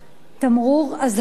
תמרור אזהרה,